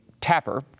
Tapper